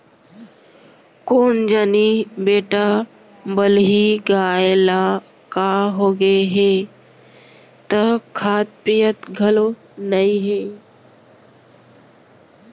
कोन जनी बेटा बलही गाय ल का होगे हे त खात पियत घलौ नइये